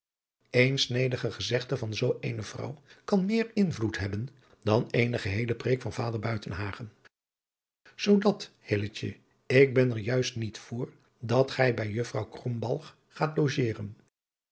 eén snedig gezegde van zoo eene vrouw kan meer invloed hebben dan eene geheele preek van vader buitenhagen zoodat hilletje ik ben er juist niet vr dat gij bij juffr krombalg gaat logeren